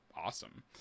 awesome